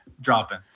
dropping